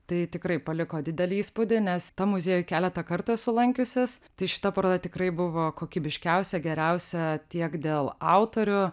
tai tikrai paliko didelį įspūdį nes tam muziejuj keletą kartų esu lankiusis tai šita paroda tikrai buvo kokybiškiausia geriausia tiek dėl autorių